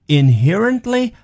inherently